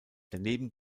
daneben